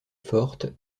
fortes